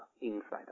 inside